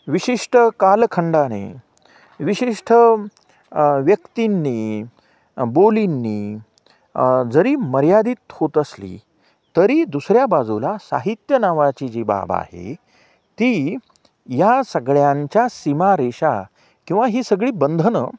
विशिष्ट कालखंडाने विशिष्ठ व्यक्तींनी बोलींनी जरी मर्यादित होत असली तरी दुसऱ्या बाजूला साहित्य नावाची जी बाब आहे ती या सगळ्यांच्या सीमारेषा किंवा ही सगळी बंधनं